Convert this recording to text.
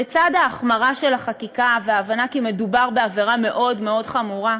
לצד ההחמרה של החקיקה וההבנה כי מדובר בעבירה מאוד מאוד חמורה,